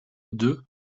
deux